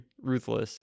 ruthless